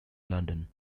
london